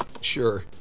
Sure